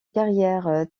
carrière